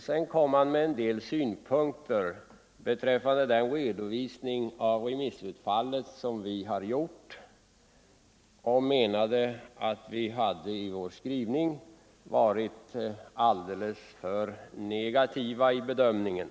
Sedan kom herr Bergqvist med en del synpunkter beträffande den redovisning av remissutfallet som vi hade gjort och menade att vi hade varit alldeles för negativa i bedömningen.